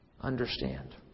understand